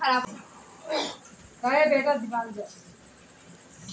ओकरी घरे परोरा के मिठाई बनल रहल हअ